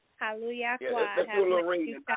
Hallelujah